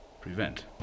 Prevent